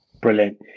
Brilliant